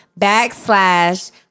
backslash